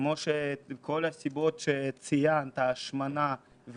מכל הסיבות שאת ציינת: ההשמנה,